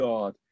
God